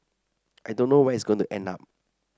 I don't know where it's going to end up